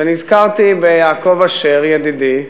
ונזכרתי ביעקב אשר, ידידי,